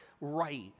right